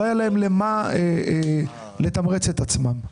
לא היה להם למה לתמרץ את עצמם.